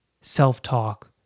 self-talk